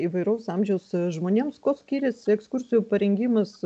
įvairaus amžiaus žmonėms kuo skiriasi ekskursijų parengimas